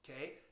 okay